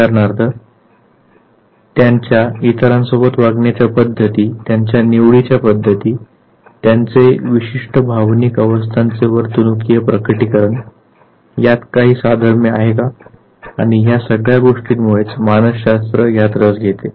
उदाहरणार्थ त्यांच्या इतरांसोबत वागण्याच्या पद्धती त्यांच्या निवडीच्या पद्धती त्यांचे विशिष्ट भावनिक अवस्थांचे वर्तनुकीय प्रकटीकरण यात काही साधर्म्य आहे का आणि ह्या सगळ्या गोष्टींमुळेच मानसशास्त्र ह्यात रस घेते